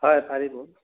হয় পাৰিব